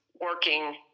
working